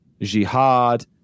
jihad